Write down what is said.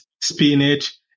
spinach